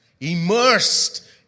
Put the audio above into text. Immersed